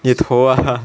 你的头 ah